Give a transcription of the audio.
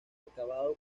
acabado